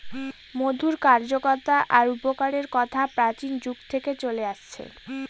মধুর কার্যকতা আর উপকারের কথা প্রাচীন যুগ থেকে চলে আসছে